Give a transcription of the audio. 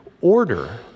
order